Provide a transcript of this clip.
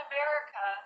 America